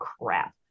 crap